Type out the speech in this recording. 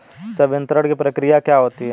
संवितरण की प्रक्रिया क्या होती है?